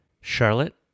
Charlotte